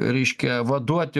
reiškia vaduoti